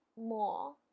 more